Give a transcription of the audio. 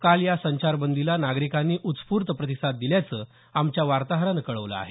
काल या संचारबंदीला नागरिकांनी उत्स्फूर्त प्रतिसाद दिल्याचं आमच्या वार्ताहरानं कळवलं आहे